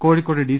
കോഴി ക്കോട് ഡി